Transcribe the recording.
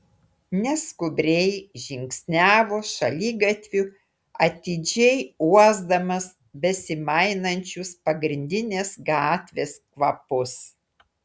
neskubriai žingsniavo šaligatviu atidžiai uosdamas besimainančius pagrindinės gatvės kvapus